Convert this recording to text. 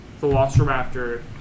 Velociraptor